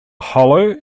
hollow